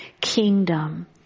kingdom